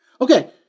Okay